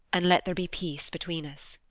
and let there be peace between us.